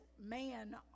man